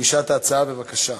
מגישת ההצעה, בבקשה.